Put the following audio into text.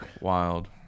Wild